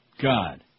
God